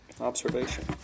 observation